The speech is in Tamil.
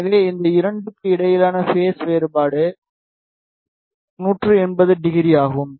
எனவே இந்த 2 க்கு இடையிலான பேஸ் வேறுபாடு 1800 ஆகும்